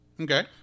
Okay